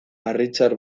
harritzar